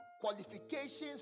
qualifications